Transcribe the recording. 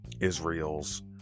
Israel's